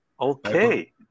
Okay